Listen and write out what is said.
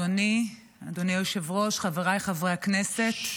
אדוני היושב-ראש, חבריי חברי הכנסת,